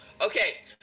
Okay